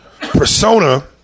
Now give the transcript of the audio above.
persona